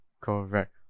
Correct